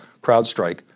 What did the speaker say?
CrowdStrike